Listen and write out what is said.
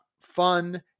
fun